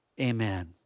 amen